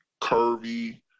curvy